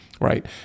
right